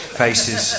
faces